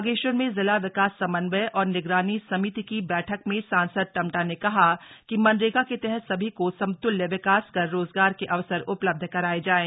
बागेश्वर में जिला विकास समन्वय और निगरानी समिति की बैठक में सांसद टम्टा ने कहा कि मनरेगा के तहत सभी का समतुल्य विकास कर रोजगार के अवसर उपलब्ध कराएं जाएं